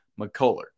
McCuller